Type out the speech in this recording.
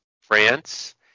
France